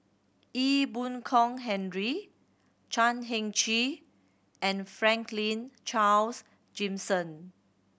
Ee Boon Kong Henry Chan Heng Chee and Franklin Charles Gimson